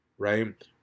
Right